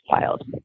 wild